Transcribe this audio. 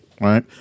right